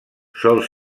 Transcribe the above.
sol